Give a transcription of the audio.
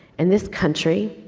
and this country,